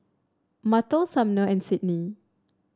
Martell Sumner and Sydney